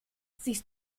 siehst